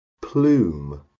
plume